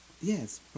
Yes